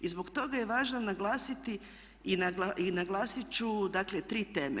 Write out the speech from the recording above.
I zbog toga je važno naglasiti i naglasiti ću dakle tri teme.